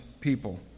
people